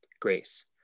grace